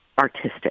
artistic